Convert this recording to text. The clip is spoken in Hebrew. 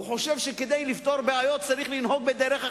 הוא חושב שכדי לפתור בעיות צריך לנהוג בדרך אחרת.